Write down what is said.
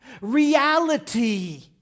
reality